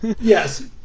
yes